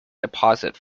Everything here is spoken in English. deposit